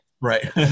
Right